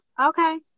okay